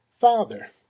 Father